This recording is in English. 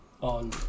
on